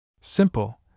Simple